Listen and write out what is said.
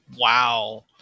Wow